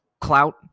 clout